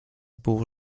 było